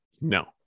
No